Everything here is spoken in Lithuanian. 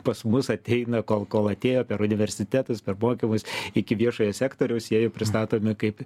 pas mus ateina kol kol atėjo per universitetus per mokymus iki viešojo sektoriaus jie jau pristatomi kaip